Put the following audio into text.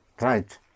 Right